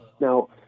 Now